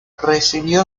recibió